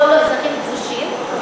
שטחים כבושים,